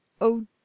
Oh